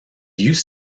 used